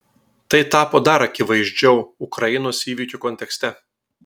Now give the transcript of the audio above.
tai tapo dar akivaizdžiau ukrainos įvykių kontekste